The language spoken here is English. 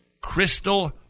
crystal